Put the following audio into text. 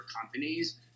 companies